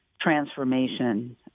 transformation